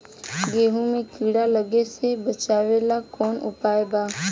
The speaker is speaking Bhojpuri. गेहूँ मे कीड़ा लागे से बचावेला कौन उपाय बा?